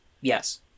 Yes